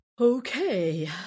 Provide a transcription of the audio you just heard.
Okay